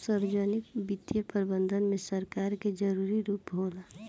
सार्वजनिक वित्तीय प्रबंधन में सरकार के जरूरी रूप होला